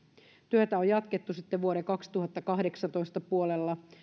työtä on jatkettu sitten vuoden kaksituhattakahdeksantoista puolella